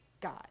God